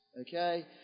okay